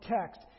text